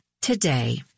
today